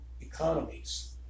economies